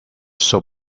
soap